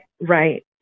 right